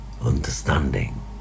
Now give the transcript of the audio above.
understanding